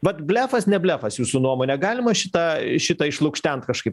vat blefas ne blefas jūsų nuomone galima šitą šitą išlukštent kažkaip